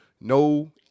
no